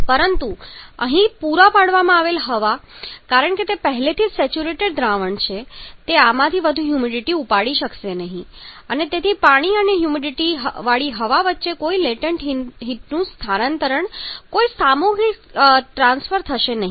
પરંતુ અહીં પૂરા પાડવામાં આવેલ હવા કારણ કે તે પહેલેથી જ સેચ્યુરેટ દ્રાવણ છે તે આમાંથી વધુ હ્યુમિડિટી ઉપાડી શકશે નહીં અને તેથી પાણી અને હ્યુમિડિટીવાળી હવા વચ્ચે કોઈ લેટન્ટ હીટનું સ્થાનાંતરણ કોઈ સામૂહિક ટ્રાન્સફર થશે નહીં